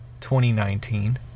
2019